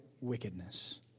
wickedness